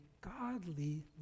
godly